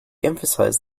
emphasised